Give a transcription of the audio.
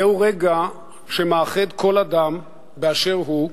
זהו רגע שמאחד כל אדם באשר הוא,